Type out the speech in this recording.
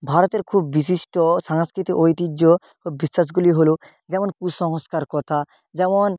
ভারতের খুব বিশিষ্ট সাংস্কৃতিক ঐতিহ্য বিশ্বাসগুলি হলো যেমন কুসংস্কার কথা যেমন